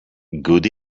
good